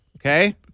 Okay